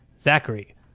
Zachary